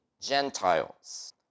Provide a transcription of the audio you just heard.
Gentiles